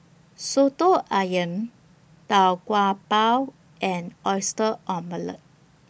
Soto Ayam Tau Kwa Pau and Oyster Omelette